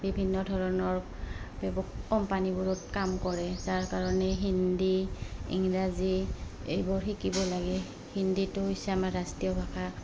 বিভিন্ন ধৰণৰ ব্যব কোম্পানীবোৰত কাম কৰে যাৰ কাৰণে হিন্দী ইংৰাজী এইবোৰ শিকিব লাগে হিন্দীটো হৈছে আমাৰ ৰাষ্ট্ৰীয় ভাষা